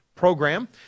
program